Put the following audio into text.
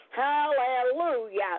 Hallelujah